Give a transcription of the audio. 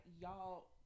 y'all